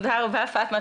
תודה רבה, פאטמה.